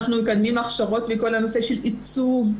אנחנו מקדמים הכשרות בנושא של עיצוב,